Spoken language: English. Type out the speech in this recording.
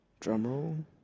Drumroll